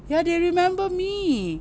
ya they remember me